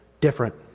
different